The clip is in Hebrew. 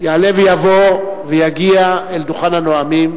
יעלה ויבוא ויגיע אל דוכן הנואמים,